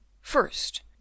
First